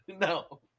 No